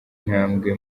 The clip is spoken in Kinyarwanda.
ntambwe